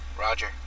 Roger